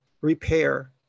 repair